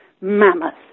mammoth